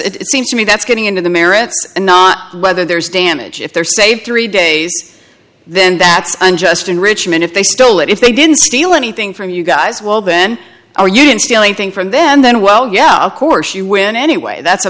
merits it seems to me that's getting into the merits not whether there's damage if there saved three days then that's unjust enrichment if they stole it if they didn't steal anything from you guys well then are you stealing thing from then then well yeah of course you win anyway that's